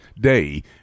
day